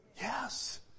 Yes